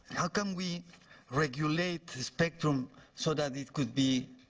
how can we regulate spectrum so that it could be